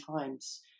times